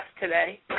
today